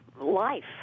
life